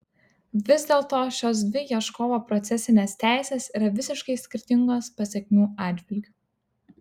vis dėlto šios dvi ieškovo procesinės teisės yra visiškai skirtingos pasekmių atžvilgiu